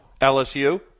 LSU